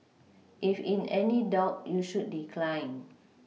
if in any doubt you should decline